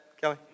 Kelly